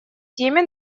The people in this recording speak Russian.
теме